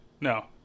no